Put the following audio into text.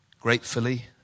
Gratefully